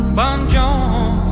Bonjour